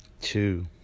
two